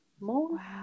more